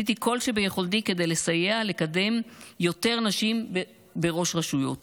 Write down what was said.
ועשיתי כל שביכולתי כדי לסייע לקדם יותר נשים בראש רשויות.